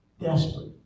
Desperate